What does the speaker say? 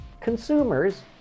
consumers